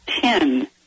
ten